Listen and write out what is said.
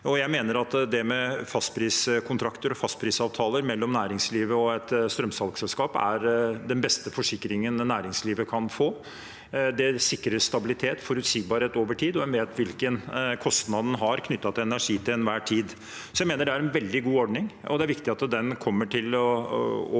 at fastpriskontrakter og fastprisavtaler mellom næringslivet og et strømsalgselskap er den beste forsikringen næringslivet kan få. Det sikrer stabilitet og forutsigbarhet over tid, og en vet hvilken kostnad en har knyttet til energi til enhver tid. Jeg mener altså det er en veldig god ordning, og det er viktig at den kommer til å